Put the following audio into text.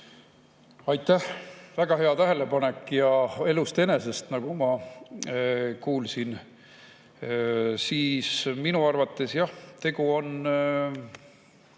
Aitäh! Väga hea tähelepanek, ja elust enesest, nagu ma kuulsin. Minu arvates, jah, tegu on